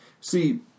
See